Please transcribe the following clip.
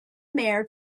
mare